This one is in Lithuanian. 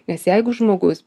nes jeigu žmogus